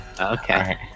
okay